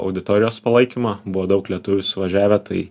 auditorijos palaikymą buvo daug lietuvių suvažiavę tai